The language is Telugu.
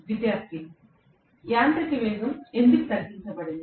విద్యార్థి యాంత్రిక వేగం ఎందుకు తగ్గించబడుతుంది